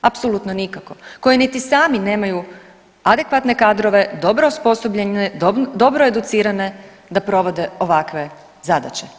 Apsolutno nikako, koji niti sami nemaju adekvatne kadrove, dobro osposobljene, dobro educirane da provode ovakve zadaće.